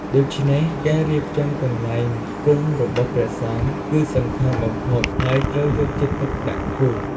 ដូច្នេះ ការរៀបចំកន្លែងគង់របស់ព្រះសង្ឃ គឺសំខាន់បំផុត ហើយត្រូវយកចិត្តទុកដាក់ខ្ពស់។